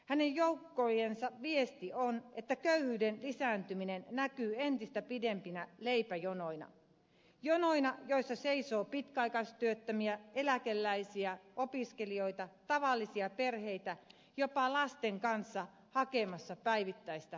hänen joukkojensa viesti on että köyhyyden lisääntyminen näkyy entistä pidempinä leipäjonoina jonoina joissa seisoo pitkäaikaistyöttömiä eläkeläisiä opiskelijoita tavallisia perheitä jopa lasten kanssa hakemassa päivittäistä ravintoaan